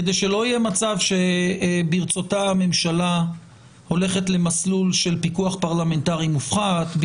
כדי שלא יהיה מצב שברצותה הממשלה הולכת למסלול של פיקוח פרלמנטרי מופחת.